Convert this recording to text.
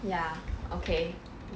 ya okay